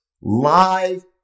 live